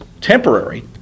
temporary